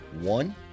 one